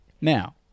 Now